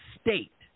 state